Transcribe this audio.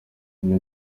emmy